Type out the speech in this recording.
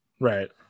Right